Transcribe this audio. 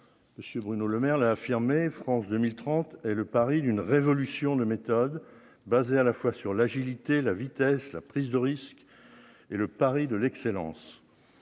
monsieur Bruno Lemaire là affirmé France 2030 et le pari d'une révolution de méthode basée à la fois sur l'agilité, la vitesse, la prise de risque et le pari de l'excellence,